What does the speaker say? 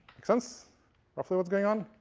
makes sense roughly, what's going on?